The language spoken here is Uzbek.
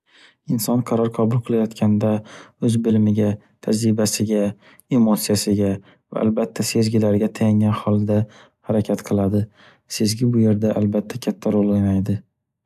Inson qaror qabul qilayotganda o’z bilimiga, tajribasiga, emotsiyasiga va albatta sezgilariga tayangan holda harakat qiladi. Sezgi bu yerda albatta katta rol o’ynaydi.